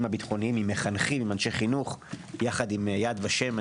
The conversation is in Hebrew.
הביטחוניים עם אנשי חינוך יחד עם יד ושם.